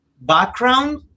background